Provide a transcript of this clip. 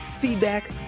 feedback